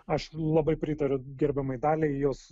aš labai pritariu gerbiamai daliai jos